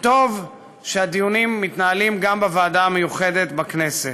וטוב שהדיונים מתנהלים גם בוועדה המיוחדת בכנסת.